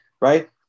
right